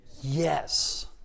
yes